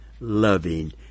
loving